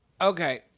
Okay